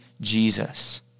Jesus